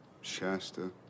Shasta